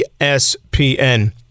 ESPN